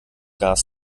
gas